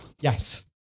Yes